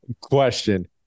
question